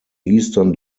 eastern